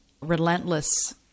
relentless